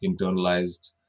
internalized